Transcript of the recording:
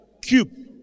Cube